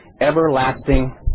everlasting